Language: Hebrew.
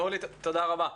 אורלי, תודה רבה.